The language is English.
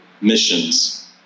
missions